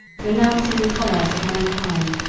renouncing the commerce of mankind,